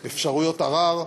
אפשרויות ערר,